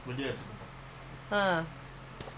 ah